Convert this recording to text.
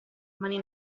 mani